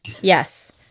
yes